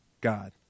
God